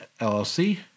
LLC